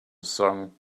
song